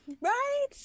Right